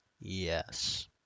Yes